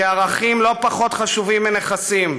כי ערכים לא פחות חשובים מנכסים.